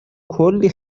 کلی